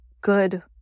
good